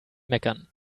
meckern